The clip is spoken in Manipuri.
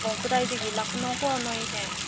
ꯑꯣ ꯀꯗꯥꯏꯗꯒꯤ ꯂꯥꯛꯄꯅꯣꯀꯣ ꯅꯣꯏꯁꯦ